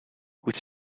which